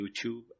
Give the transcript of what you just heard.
YouTube